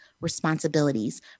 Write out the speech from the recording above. responsibilities